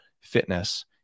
fitness